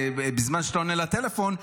בזמן שאתה עונה לטלפון,